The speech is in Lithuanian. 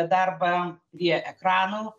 darbą prie ekranų